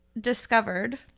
discovered